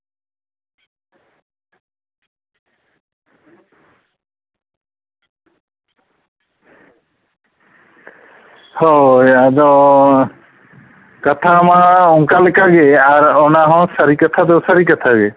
ᱦᱳᱭ ᱟᱫᱚ ᱠᱟᱛᱷᱟ ᱢᱟ ᱚᱱᱠᱟ ᱞᱮᱠᱟ ᱜᱮ ᱟᱨ ᱚᱱᱟ ᱦᱚᱸ ᱥᱟᱹᱨᱤ ᱠᱟᱛᱷᱟ ᱫᱚ ᱥᱟᱹᱨᱤ ᱠᱟᱛᱷᱟ ᱜᱮ